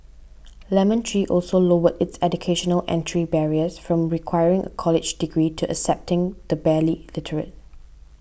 Lemon Tree also lowered its educational entry barriers from requiring a college degree to accepting the barely literate